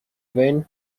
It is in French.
revient